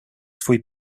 swój